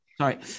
Sorry